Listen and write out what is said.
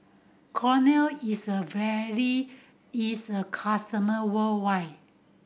Kordel is widely its customer worldwide